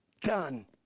done